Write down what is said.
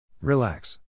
Relax